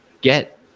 get